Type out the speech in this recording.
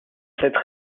cette